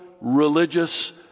religious